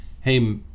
hey